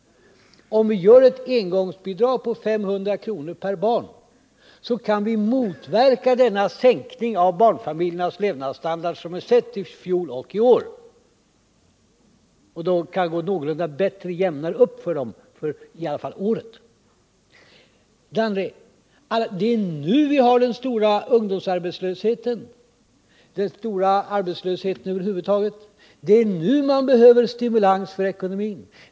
Om vi beslutar om ett engångsbidrag på 500 kr. per barn kan vi motverka den sänkning av barnfamiljernas levnadsstandard som skett i fjol och i år, så att det i varje fall kan gå jämnare uppåt för dem det här året. För det andra: Det är nu vi har den stora ungdomsarbetslösheten, den stora arbetslösheten över huvud taget. Det är nu det behövs stimulans för ekonomin.